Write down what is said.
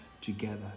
together